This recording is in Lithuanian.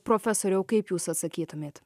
profesoriau kaip jūs atsakytumėt